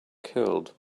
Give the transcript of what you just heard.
killed